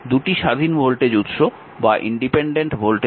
2টি স্বাধীন ভোল্টেজ উৎস রয়েছে